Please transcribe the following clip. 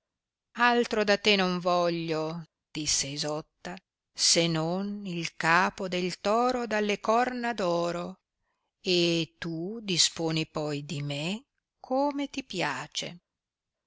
altro da te non voglio disse isotta se non il capo del toro dalle corna d oro e tu disponi poi di me come ti piace